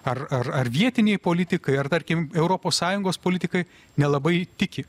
ar ar ar vietiniai politikai ar tarkim europos sąjungos politikai nelabai tiki